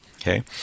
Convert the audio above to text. Okay